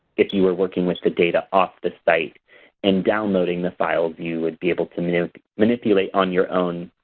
if you are working with the data off this site and downloading the files, you would be able to manipulate on your own